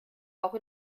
auch